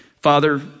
Father